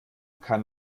kann